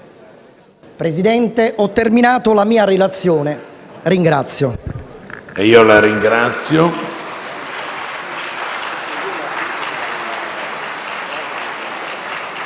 Presidente, ho terminato la mia relazione. *(Applausi